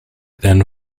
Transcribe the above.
then